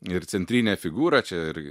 ir centrinė figūra čia ir